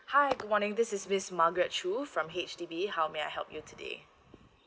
hi good morning this is miss margaret choo from H_D_B how may I help you today